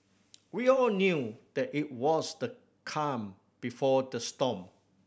we all knew that it was the calm before the storm